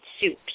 soup